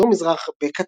ובדרום מזרח בקתבאן.